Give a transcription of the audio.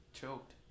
Choked